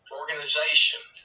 organization